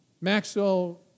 Maxwell